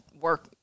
work